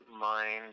mind